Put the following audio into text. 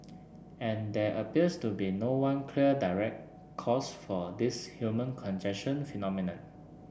and there appears to be no one clear direct cause for this human congestion phenomenon